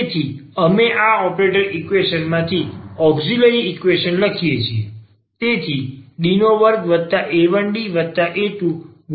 તેથી અમે આ ઓપરેટરના ઈક્વેશન માંથી ઔક્ષીલરી ઈક્વેશન લખીએ છીએ તેથી D2a1Da2y0